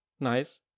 nice